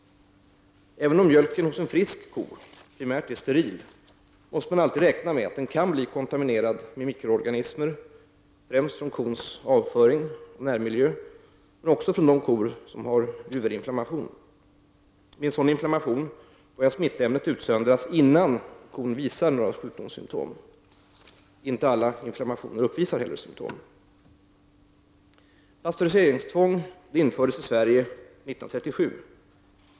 Även om mjölken hos en frisk ko primärt är steril måste man alltid räkna med att den kan bli kontaminerad med mikroorganismer, främst från kons avföring och närmiljö, men också från de kor som har juverinflammation. Vid en sådan inflammation börjar smittämnet utsöndras innan kon visar några sjukdomssymptom. Inte alla inflammationer uppvisar heller symptom. Pastöriseringstvång infördes i Sverige år 1937.